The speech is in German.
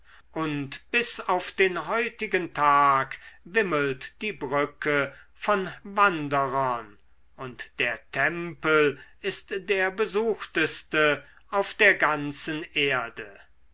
und bis auf den heutigen tag wimmelt die brücke von wanderern und der tempel ist der besuchteste auf der ganzen erde